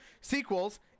sequels